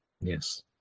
Yes